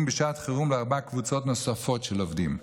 בשעת חירום לארבע קבוצות נוספות של עובדים: